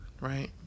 right